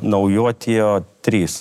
naujų atėjo trys